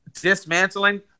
dismantling